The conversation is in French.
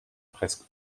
presque